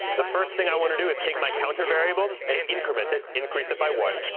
the first thing i want to do is take my counter variable and increment it, increase it by one.